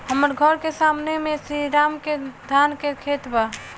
हमर घर के सामने में श्री राम के धान के खेत बा